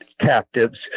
captives